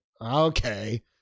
okay